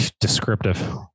descriptive